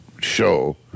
show